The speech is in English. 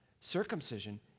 Circumcision